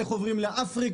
איך עוברים לאפריקה,